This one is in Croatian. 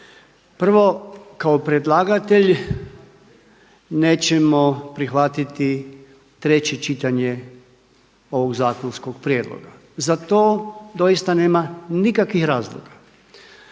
Prvo, kao predlagatelj nećemo prihvatiti treće čitanje ovog zakonskog prijedloga. Zato doista nema nikakvih razloga